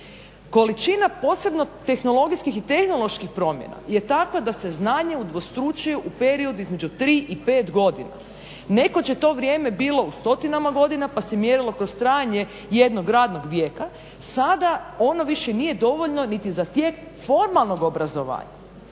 Količina posebno tehnologijsko i tehnoloških promjena je takva da se znanje udvostručuje u periodu između tri i pet godina, nekoć je to vrijeme bilo u stotinama godina pa se mjerilo kroz trajanje jednog radnog vijeka, sada ono više nije dovoljno niti za tijek formalnog obrazovanja.